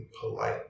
polite